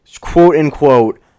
quote-unquote